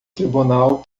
tribunal